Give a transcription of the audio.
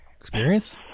Experience